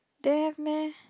there have meh